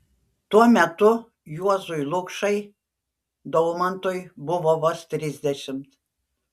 tuo metu juozui lukšai daumantui buvo vos trisdešimt